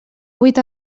vuit